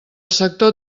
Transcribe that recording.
sector